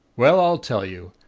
well, i'll tell you.